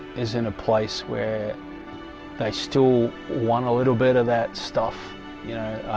is in a place where they, still want a little bit of that stuff you know